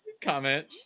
comment